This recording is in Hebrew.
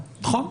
נכון.